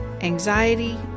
anxiety